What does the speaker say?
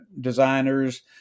designers